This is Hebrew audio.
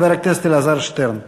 חבר הכנסת אלעזר שטרן.